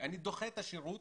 אני דוחה את השירות